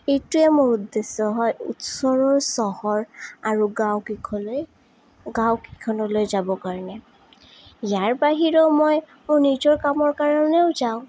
এইটোৱে মোৰ উদ্দেশ্য হয় উচ্চৰৰ চহৰ আৰু গাঁওকিষলৈ গাঁওকেইখনলৈ যাব কাৰণে ইয়াৰ বাহিৰেও মই মোৰ নিজৰ কামৰ কাৰণেও যাওঁ